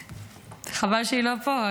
חבל שהיא לא פה,